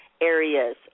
areas